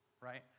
Right